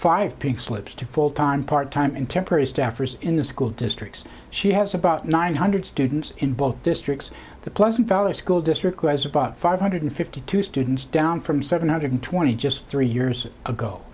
five pink slips to full time part time and temporary staffers in the school districts she has about nine hundred students in both districts the pleasant valley school district has about five hundred fifty two students down from seven hundred twenty just three years ago